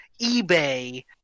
eBay